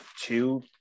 two